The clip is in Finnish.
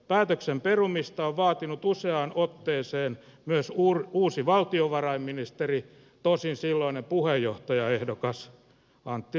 päätöksen perumista on vaatinut useaan otteeseen myös uusi valtiovarainministeri tosin silloinen puheenjohtajaehdokas antti rinne